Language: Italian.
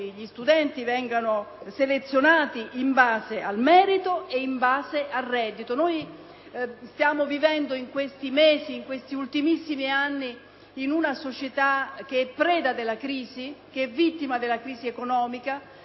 gli studenti vengano selezionati in base al merito e al reddito. Stiamo vivendo in questi mesi e in questi ultimissimi anni in una societa preda e vittima della crisi economica,